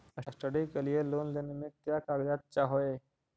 Study के लिये loan लेने मे का क्या कागजात चहोये?